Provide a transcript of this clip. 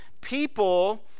people